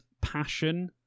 passion